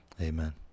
amen